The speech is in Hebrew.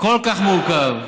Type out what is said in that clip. כל כך מורכב.